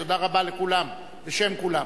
תודה רבה לכולכם בשם כולם.